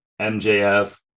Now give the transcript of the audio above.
MJF